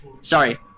Sorry